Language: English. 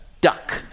duck